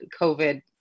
COVID